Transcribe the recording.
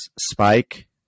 Spike